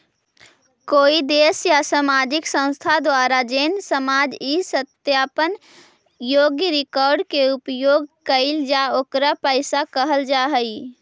कोई देश या सामाजिक संस्था द्वारा जोन सामान इ सत्यापन योग्य रिकॉर्ड के उपयोग कईल जा ओकरा पईसा कहल जा हई